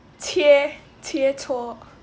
切切磋